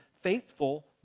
faithful